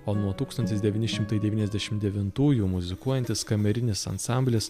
o nuo tūkstantis devyni šimtai devyniasdešim devintųjų muzikuojantis kamerinis ansamblis